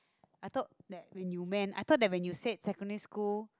I thought that when you meant I thought when you said secondary school